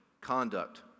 conduct